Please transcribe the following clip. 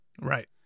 Right